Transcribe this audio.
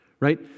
right